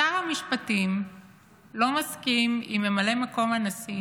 שר המשפטים לא מסכים עם ממלא מקום הנשיא